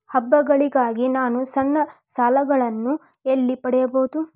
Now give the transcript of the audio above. ಹಬ್ಬಗಳಿಗಾಗಿ ನಾನು ಸಣ್ಣ ಸಾಲಗಳನ್ನು ಎಲ್ಲಿ ಪಡೆಯಬಹುದು?